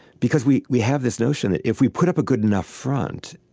because we we have this notion that if we put up a good enough front,